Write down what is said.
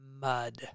mud